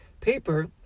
paper